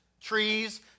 trees